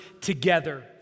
together